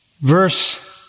Verse